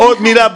עוד מילה,